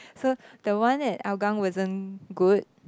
so the one at Hougang wasn't good